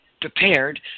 prepared